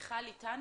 בבקשה,